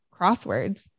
crosswords